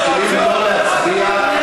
לא להצביע,